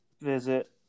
visit